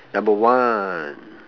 number one